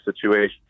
situation